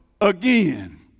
again